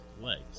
legs